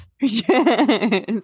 Yes